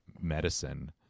medicine